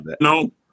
no